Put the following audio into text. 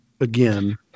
again